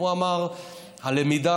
הוא אמר: הלמידה,